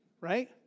right